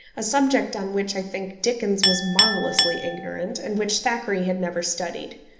a subject on which, i think, dickens was marvellously ignorant, and which thackeray had never studied.